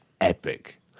epic